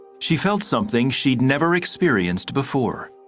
she felt something she'd never experienced before.